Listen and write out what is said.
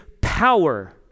power